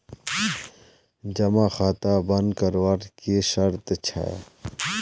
जमा खाता बन करवार की शर्त छे?